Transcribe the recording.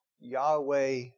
Yahweh